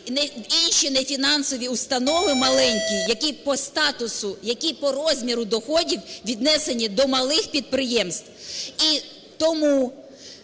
інші нефінансові установи маленькі, які по статусу, які по розміру доходів віднесені до малих підприємств.